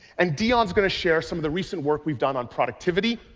and dion is going to share some of the recent work we've done on productivity,